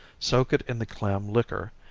soak it in the clam liquor,